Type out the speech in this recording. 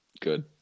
good